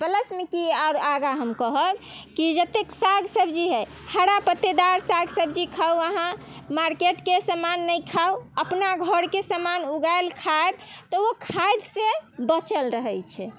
प्लसमे की आगाँ हम कहब कि जतेक साग सब्जी हइ हरा पत्तेदार साग सब्जी खाउ अहाँ मार्केटके समान नहि खाउ अपना घरके समान उगाओल खायब तऽ ओ खाद से बचल रहैत छै